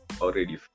already